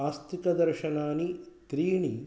आस्तिकदर्शनानि त्रीणि